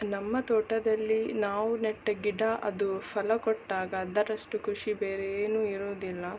ನಮ್ಮ ತೋಟದಲ್ಲಿ ನಾವು ನೆಟ್ಟ ಗಿಡ ಅದು ಫಲ ಕೊಟ್ಟಾಗ ಅದರಷ್ಟು ಖುಷಿ ಬೇರೆ ಏನೂ ಇರೋದಿಲ್ಲ